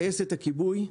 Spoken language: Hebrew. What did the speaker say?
טייסת הכיבוי,